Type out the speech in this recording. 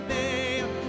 name